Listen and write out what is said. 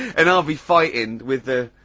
and i'll be fighting and with the,